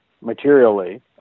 materially